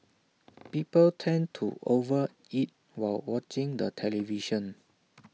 people tend to over eat while watching the television